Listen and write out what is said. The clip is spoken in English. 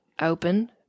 open